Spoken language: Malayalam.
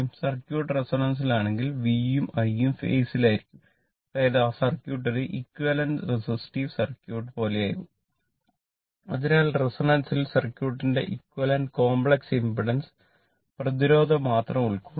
സർക്യൂട്ട് റെസൊണൻസിലാണെങ്കിൽ V യും I യും ഫേസിൽ ആയിരിക്കും അതായത് ആ സർക്യൂട്ട് ഒരു എക്വിവാലെന്റ റെസിസ്റ്റീവ് സർക്യൂട്ട് പ്രതിരോധം മാത്രം ഉൾക്കൊള്ളുന്നു